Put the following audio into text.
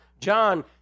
John